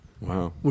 Wow